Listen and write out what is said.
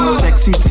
sexy